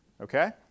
okay